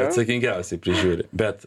atsakingiausiai prižiūri bet